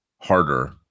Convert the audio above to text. harder